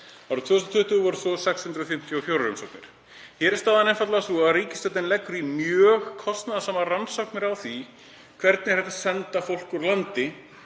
Árið 2020 voru svo 654 umsóknir. Hér er staðan einfaldlega sú að ríkisstjórnin leggur í mjög kostnaðarsamar rannsóknir á því hvernig hægt er að senda fólk úr landi